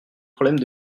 problème